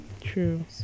True